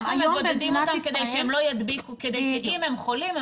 אנחנו מבודדים אותם כדי שאם הם חולים,